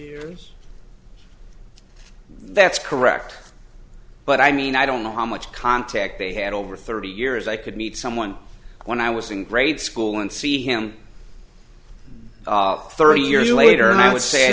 years that's correct but i mean i don't know how much contact they had over thirty years i could meet someone when i was in grade school and see him thirty years later and i would say